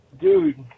dude